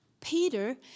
Peter